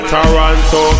Toronto